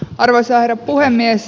arvoisa herra puhemies